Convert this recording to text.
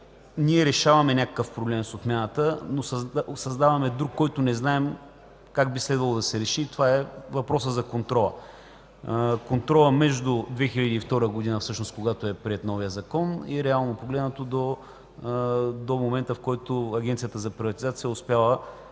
ние решаваме някакъв проблем с отмяната, но създаваме друг, който не знаем как би следвало да се реши – това е въпросът за контрола. Контролът между 2002 г., когато е приет новият закон, и реално погледнато до момента, в който Агенцията за приватизация и